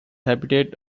habitat